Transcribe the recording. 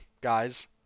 guys